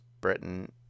Britain